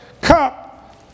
cup